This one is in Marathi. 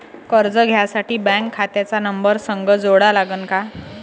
कर्ज घ्यासाठी बँक खात्याचा नंबर संग जोडा लागन का?